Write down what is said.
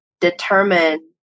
determine